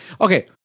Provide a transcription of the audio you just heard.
Okay